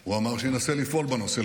הוא אמר שינסה לפעול בנושא.